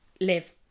live